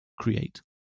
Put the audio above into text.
create